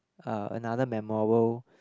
uh another memorable